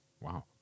wow